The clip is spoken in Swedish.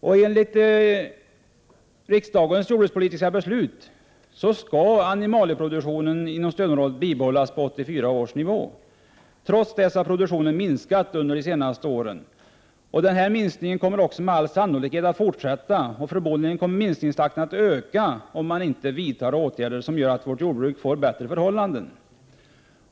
Enligt riksdagens jordbrukspolitiska beslut skall animalieproduktionen inom stödområden bibehållas på 1984 års nivå. Trots det har produktionen minskat under de senaste åren. Den minskningen kommer med all sannolikhet att fortsätta. Förmodligen kommer minskningstakten att öka, om man inte vidtar åtgärder som gör att vårt jordbruk får bättre förhållanden.